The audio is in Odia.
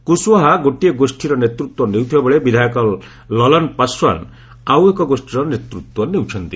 କୁଶୱାହା ଗୋଟିଏ ଗୋଷୀର ନେତୃତ୍ୱ ନେଉଥିବା ବେଳେ ବିଧାୟକ ଲଲନ୍ ପାଶ୍ୱାନ ଆଉ ଗୋଟିଏ ଗୋଷ୍ଠୀର ନେତୃତ୍ୱ ନେଉଛନ୍ତି